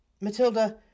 Matilda